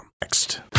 Next